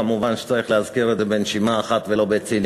וכמובן צריך להזכיר את זה בנשימה אחת ולא בציניות.